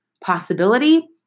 possibility